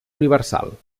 universal